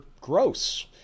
gross